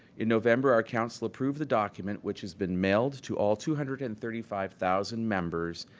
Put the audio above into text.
in november, our council approved the document which has been mailed to all two hundred and thirty five thousand members,